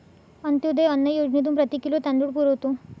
अंत्योदय अन्न योजनेतून प्रति किलो तांदूळ पुरवतो